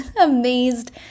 amazed